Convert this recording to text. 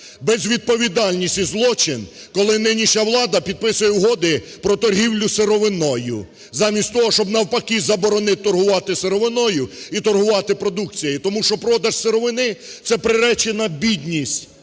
Безвідповідальність і злочин, коли нинішня влада підписує угоди про торгівлю сировиною замість того, щоб навпаки заборонити торгувати сировиною, і торгувати продукцією, тому що продаж сировини – це приречена бідність,